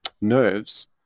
nerves